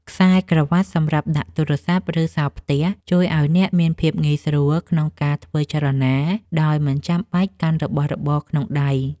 ខ្សែក្រវាត់សម្រាប់ដាក់ទូរសព្ទ ឬសោផ្ទះ ជួយឱ្យអ្នកមានភាពងាយស្រួលក្នុងការធ្វើចលនាដោយមិនចាំបាច់កាន់របស់របរក្នុងដៃ។